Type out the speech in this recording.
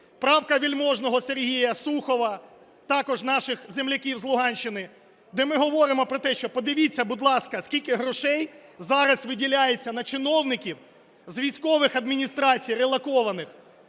Правка Вельможного Сергія, Сухова, також наших земляків з Луганщини, де ми говоримо про те, що подивіться, будь ласка, скільки грошей зараз виділяється на чиновників з військових адміністрацій релокованих.